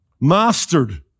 mastered